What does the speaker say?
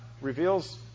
reveals